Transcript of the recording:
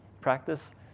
practice